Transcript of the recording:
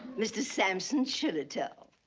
mr. samson shillitoe.